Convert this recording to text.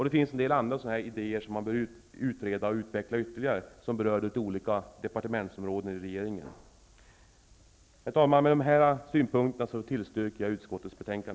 Det finns en del andra idéer som bör utredas och utvecklas ytterligare som berör olika departementsområden i regeringen. Herr talman! Med dessa synpunkter yrkar jag bifall till utskottets hemställan.